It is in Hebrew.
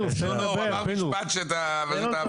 הוא אמר משפט --- פינדרוס, תן לו לדבר.